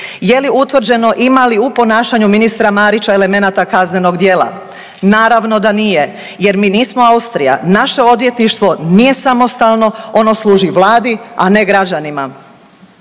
Je li utvrđeno ima li u ponašanju ministra Marića elemenata kaznenog djela? Naravno da nije. Jer mi nismo Austrija, naše odvjetništvo nije samostalno, ono služi Vladi, a ne građanima.